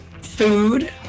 food